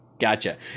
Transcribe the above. Gotcha